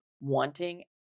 wanting